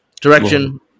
direction